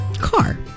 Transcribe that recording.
car